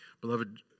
Beloved